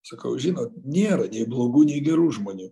sakau žinot nėra nei blogų nei gerų žmonių